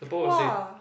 !wah!